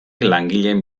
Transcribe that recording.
langileen